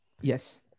Yes